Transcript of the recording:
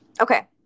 Okay